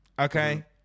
okay